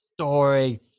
story